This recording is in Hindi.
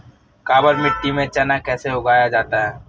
काबर मिट्टी में चना कैसे उगाया जाता है?